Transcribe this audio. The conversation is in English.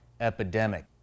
epidemic